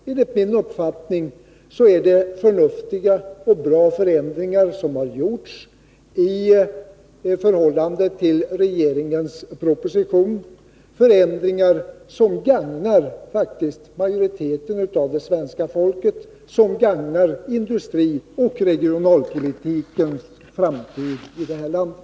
Enligt min uppfattning är det förnuftiga och bra förändringar som har gjorts i förhållande till regeringens proposition, förändringar som faktiskt gagnar majoriteten av det svenska folket samt industrin och regionalpolitikens framtid i detta land.